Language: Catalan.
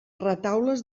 retaules